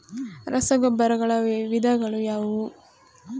ರಸಗೊಬ್ಬರಗಳ ವಿಧಗಳು ಯಾವುವು?